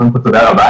קודם כל תודה רבה,